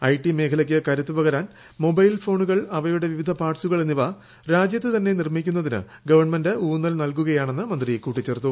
IT മേഖലയ്ക്ക് കരുത്തു പകരാൻ മൊബൈൽ ഫോണുകൾ അവയുടെ വിവിധ പാർട്സുകൾ എന്നിവ രാജ്യത്തു തന്നെ നിർമ്മിക്കുന്നതിന് ഗവൺമെന്റ് ഊന്നൽ നല്കുകയാണെന്ന് മന്ത്രി കൂട്ടിച്ചേർത്തു